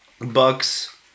Bucks